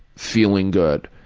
feeling good.